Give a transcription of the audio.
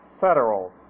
Federal